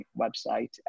website